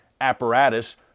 apparatus